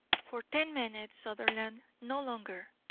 for ten minutes, sutherland no longer!